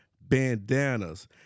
bandanas